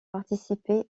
participé